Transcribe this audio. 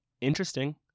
interesting